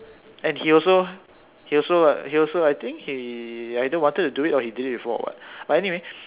and he also he also he also I think he either wanted to do it or he did it before or what but anyway